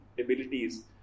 abilities